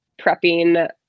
prepping